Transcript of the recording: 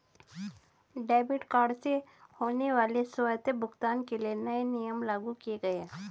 debit card से होने वाले स्वतः भुगतान के लिए नए नियम लागू किये गए है